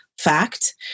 fact